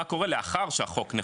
מה קורה לאחר שהחוק נחקק,